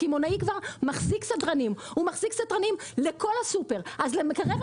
הקמעונאי כבר מחזיק סדרנים לכל הסופר אז למקרר החלב על אחד כמה